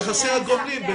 יחסי הגומלין.